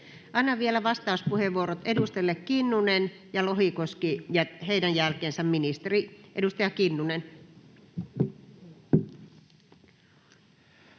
Annan vielä vastauspuheenvuorot edustajille Kinnunen ja Lohikoski, ja heidän jälkeensä ministeri. — Edustaja Kinnunen.